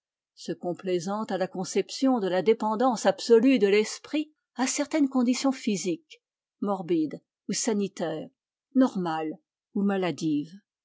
se complaisant à la conception de la dépendance absolue de l'esprit à certaines conditions physiques morbides ou sanitaires normales ou maladives